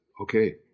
okay